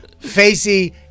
Facey